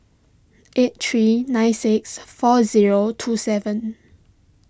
eight three nine six four zero two seven